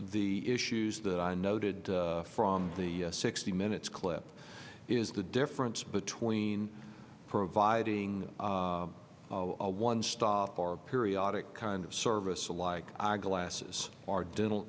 the issues that i noted from the sixty minutes clip is the difference between providing a one stop for periodic kind of service a like eyeglasses or dental